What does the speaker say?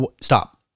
stop